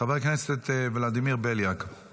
חבר הכנסת ולדימיר בליאק.